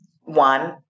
One